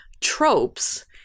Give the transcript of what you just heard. tropes